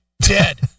dead